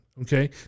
Okay